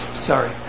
Sorry